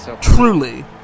truly